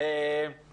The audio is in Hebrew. לאחר מכן.